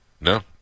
No